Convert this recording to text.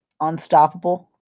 unstoppable